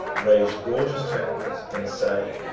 raised gorgeous temples, and say,